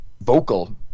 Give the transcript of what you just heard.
vocal